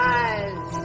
eyes